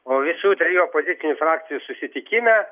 o visų trijų opozicinių frakcijų susitikime